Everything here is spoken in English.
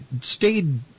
stayed